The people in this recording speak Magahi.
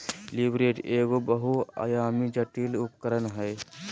लीवरेज एगो बहुआयामी, जटिल उपकरण हय